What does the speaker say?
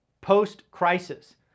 post-crisis